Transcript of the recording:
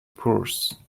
purse